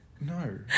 No